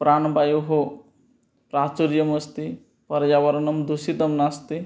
प्राणवायोः प्राचुर्यम् अस्ति पर्यावरणं दूषितं नास्ति